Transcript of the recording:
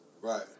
Right